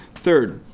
third,